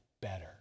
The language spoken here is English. better